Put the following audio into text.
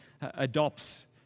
adopts